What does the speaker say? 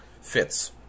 fits